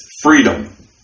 freedom